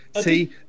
see